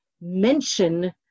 mention